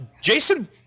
Jason